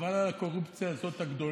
לקריאה ראשונה,